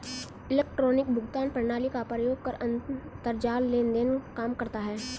electronic भुगतान प्रणाली का प्रयोग कर अंतरजाल लेन देन काम करता है